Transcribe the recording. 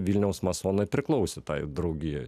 vilniaus masonai priklausė tai draugijai